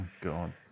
God